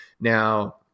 Now